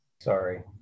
Sorry